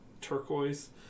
turquoise